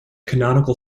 canonical